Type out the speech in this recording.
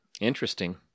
Interesting